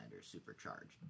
supercharged